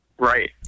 Right